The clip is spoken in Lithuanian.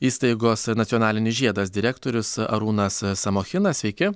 įstaigos nacionalinis žiedas direktorius arūnas samochinas sveiki